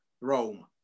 Rome